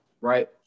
right